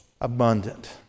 abundant